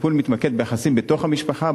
הטיפול מתמקד ביחסים בתוך המשפחה,